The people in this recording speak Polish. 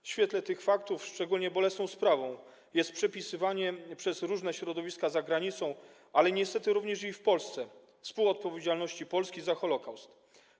W świetle tych faktów szczególnie bolesną sprawą jest przypisywanie przez różne środowiska za granicą, ale niestety również i w Polsce, współodpowiedzialności za holokaust Polsce.